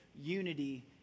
unity